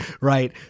right